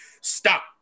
stop